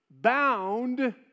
Bound